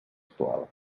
actual